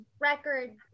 record